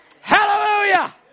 Hallelujah